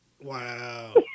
Wow